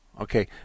Okay